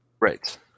right